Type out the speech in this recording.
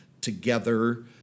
together